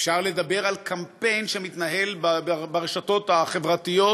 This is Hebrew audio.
אפשר לדבר על קמפיין שמתנהל ברשתות החברתיות,